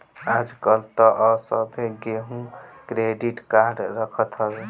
आजकल तअ सभे केहू क्रेडिट कार्ड रखत हवे